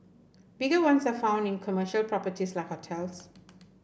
bigger ones are found in commercial properties like hotels